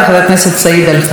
בשם סיעת יש עתיד,